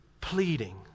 pleading